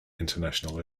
international